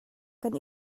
kan